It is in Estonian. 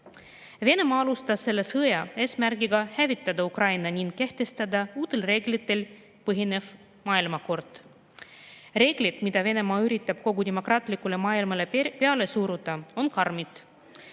Venemaa alustas seda sõda eesmärgiga hävitada Ukraina ning kehtestada uutel reeglitel põhinev maailmakord. Reeglid, mida Venemaa üritab kogu demokraatlikule maailmale peale suruda, on karmid.